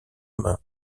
mains